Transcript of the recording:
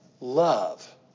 love